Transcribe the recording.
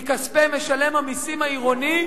מכספי משלם המסים העירוני,